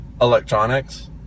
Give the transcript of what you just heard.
Electronics